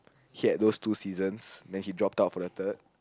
he had those two seasons then he dropped out for the third